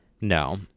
No